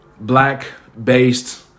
Black-based